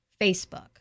Facebook